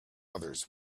others